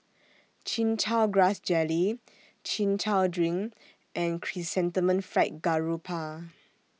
Chin Chow Grass Jelly Chin Chow Drink and Chrysanthemum Fried Garoupa